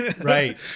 Right